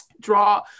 draw